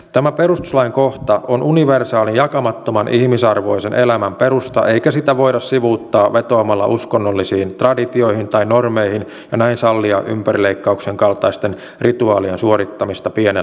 tämä perustuslain kohta on universaali jakamattoman ihmisarvoisen elämän perusta eikä sitä voida sivuuttaa vetoamalla uskonnollisiin traditioihin tai normeihin ja näin sallia ympärileikkauksen kaltaisten rituaalien suorittamista pienelle lapselle